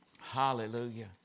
Hallelujah